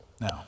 Now